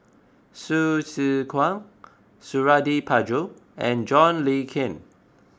Hsu Tse Kwang Suradi Parjo and John Le Cain